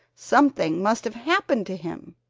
something must have happened to him!